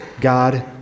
God